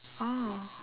oh